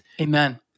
Amen